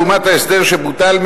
לעומת ההסדר שבוטל,